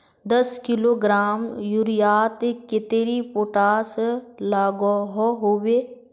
दस किलोग्राम यूरियात कतेरी पोटास लागोहो होबे?